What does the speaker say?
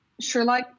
Sherlock